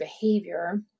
behavior